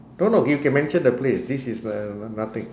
no no you can mention the place this is like uh n~ nothing